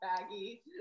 baggy